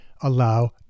allow